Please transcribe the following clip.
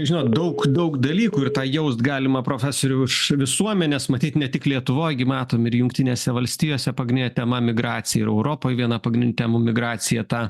žinot daug daug dalykų ir tą jaust galima profesorius visuomenės matyt ne tik lietuvoj gi matom ir jungtinėse valstijose pagrindinė tema migracija ir europoj viena pagrindinių temų migracija tą